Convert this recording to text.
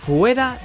Fuera